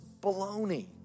baloney